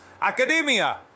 academia